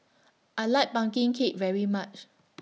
I like Pumpkin Cake very much